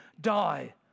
die